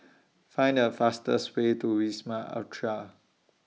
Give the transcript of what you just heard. Find The fastest Way to Wisma Atria